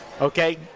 okay